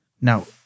Now